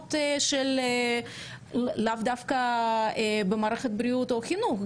תלונות לאו דווקא במערכת הבריאות או החינוך,